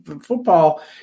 football